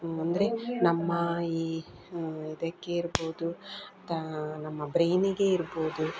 ಅಂದರೆ ನಮ್ಮ ಈ ಇದಕ್ಕೆ ಇರ್ಬೋದು ನಮ್ಮ ಬ್ರೈನಿಗೇ ಇರ್ಬೋದು